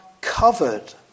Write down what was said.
covered